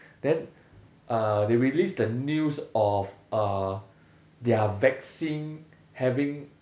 then uh they released the news of uh their vaccine having